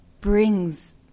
brings